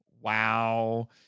Wow